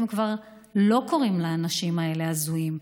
כבר לא קוראים לאנשים האלה הזויים.